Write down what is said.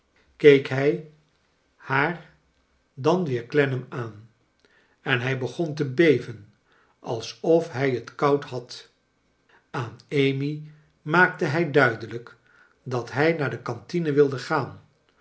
keek hij haar daa weer clennam aan en hij begon te beven als of hij t koud had aan amy maakte hij duidelijk dat hij naar de cantine wilde gaan